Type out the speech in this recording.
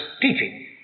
teaching